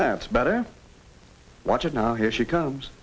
that's better watch it now here she comes